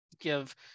give